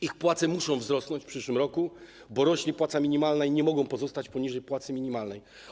Ich płace muszą wzrosnąć w przyszłym roku, bo rośnie płaca minimalna i nie mogą pozostać poniżej płacy minimalnej.